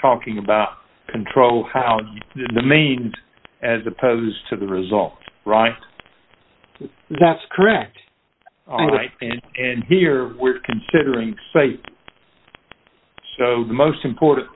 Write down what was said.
talking about control how the main as opposed to the result right that's correct and here we're considering say so the most important